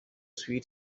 sweet